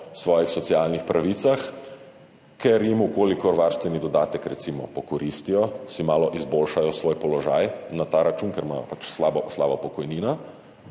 po svojih socialnih pravicah, ker če varstveni dodatek recimo pokoristijo, si malo izboljšajo svoj položaj na ta račun, ker imajo pač slabo pokojnino,